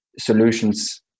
solutions